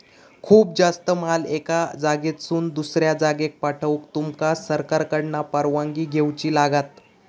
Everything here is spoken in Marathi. खूप जास्त माल एका जागेसून दुसऱ्या जागेक पाठवूक तुमका सरकारकडना परवानगी घेऊची लागात